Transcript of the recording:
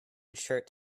shirt